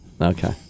Okay